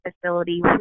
facility